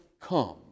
come